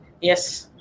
Yes